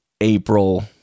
April